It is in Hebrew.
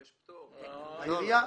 העירייה.